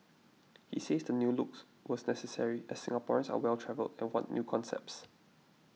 he says the new looks was necessary as Singaporeans are well travelled and want new concepts